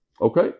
Okay